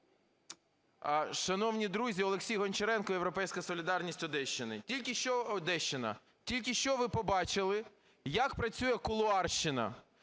Шановні друзі, Олексій Гончаренко, "Європейська солідарність", Одещина. Тільки що ви побачили, як працює кулуарщина.